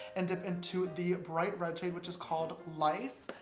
and dip into the bright red shade, which is called life.